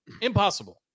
Impossible